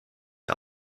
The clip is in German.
der